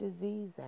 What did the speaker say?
disease